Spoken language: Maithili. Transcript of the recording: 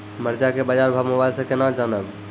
मरचा के बाजार भाव मोबाइल से कैनाज जान ब?